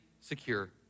secure